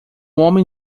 homem